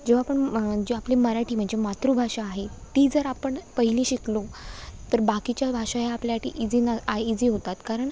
जेव्हा पण जी आपली मराठी म्हणजे मातृभाषा आहे ती जर आपण पहिली शिकलो तर बाकीच्या भाषा ह्या आपल्यासाठी इजीनं आय इजी होतात कारण